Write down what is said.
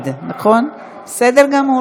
בעד, 35 חברי כנסת, אחד מתנגד, ארבעה